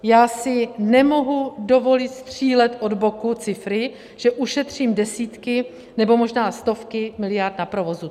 Já si nemohu dovolit střílet od boku cifry, že ušetřím desítky nebo možná stovky miliard na provozu.